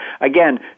Again